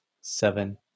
seven